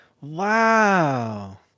Wow